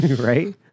Right